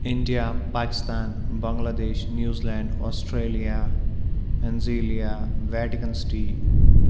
India Pakistan Bangladesh New Zealand Australia انزیٖلیا Vatican city